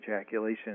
ejaculation